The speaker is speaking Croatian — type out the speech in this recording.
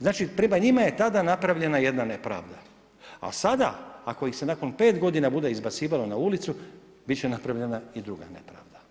Znači prema njima je tada napravljena jedna nepravda, a sada ako ih se nakon pet godina bude izbacivalo na ulicu bit će napravljena i druga nepravda.